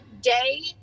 day